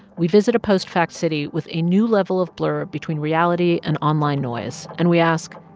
we visit a post-fact city with a new level of blur between reality and online noise. and we ask,